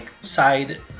side